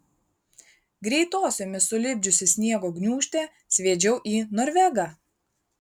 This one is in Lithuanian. greitosiomis sulipdžiusi sniego gniūžtę sviedžiau į norvegą